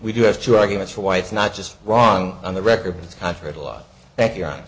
we do have two arguments for why it's not just wrong on the record because i've heard a lot thank you